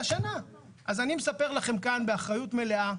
השנה, אז אני מספר לכם כאן באחריות מלאה,